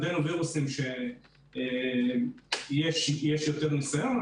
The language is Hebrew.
--- וירוסים שיש יותר ניסיון,